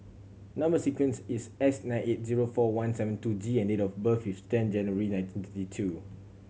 number sequence is S nine eight zero four one seven two G and date of birth is ten January nineteen thirty two